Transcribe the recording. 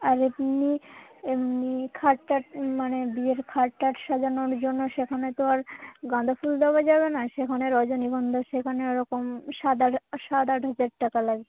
আর এমনি এমনি খাট টাট মানে বিয়ের খাট টাট সাজানোর জন্য সেখানে তো আর গাঁদা ফুল দেওয়া যাবে না সেখানে রজনীগন্ধা সেখানে ওরকম সাত হাজার সাত আট হাজার টাকা লাগবে